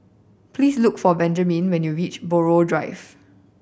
please look for Benjamin when you reach Buroh Drive